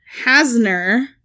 Hasner